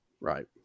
Right